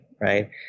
Right